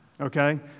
Okay